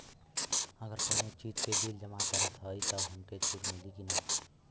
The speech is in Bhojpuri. अगर कउनो चीज़ के बिल जमा करत हई तब हमके छूट मिली कि ना?